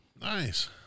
Nice